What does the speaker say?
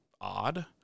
odd